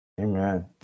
Amen